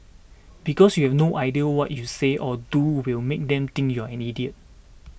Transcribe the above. because you have no idea what you say or do will make them think you're an idiot